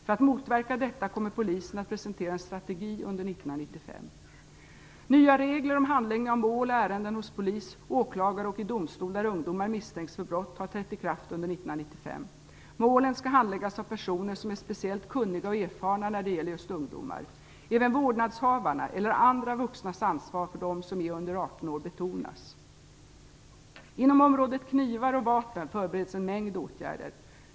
För att motverka detta kommer polisen att presentera en strategi under 1995. Nya regler om handläggning av mål och ärenden hos polis, hos åklagare och i domstol där ungdomar misstänks för brott har trätt i kraft under 1995. Målen skall handläggas av personer som är speciellt kunniga och erfarna när det gäller just ungdomar. Även vårdnadshavarna eller andra vuxnas ansvar för dem som är under 18 år betonas. Inom området knivar och vapen förbereds en mängd åtgärder.